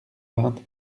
vingt